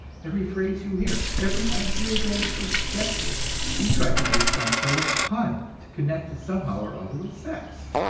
every phrase you hear, every idea that is suggested you try to make some sort of pun, to connect it somehow or other with sex.